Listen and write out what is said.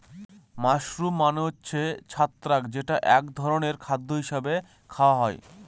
mushroom মানে হচ্ছে ছত্রাক যেটা এক ধরনের খাদ্য হিসাবে খাওয়া হয়